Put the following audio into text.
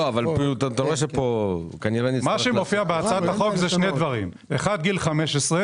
בהצעת החוק מופיעים שני דברים: ראשית גיל 15,